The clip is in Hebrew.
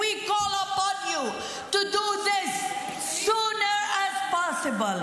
we call upon you to do this as soon as possible.